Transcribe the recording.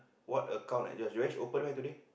what account I does Joash open where today